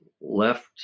left